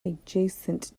adjacent